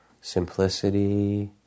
simplicity